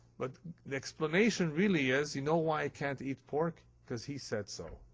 but the explanation really is, you know why i can't eat pork? because he said so.